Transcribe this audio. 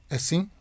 Assim